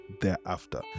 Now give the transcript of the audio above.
thereafter